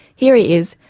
here he is,